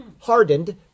hardened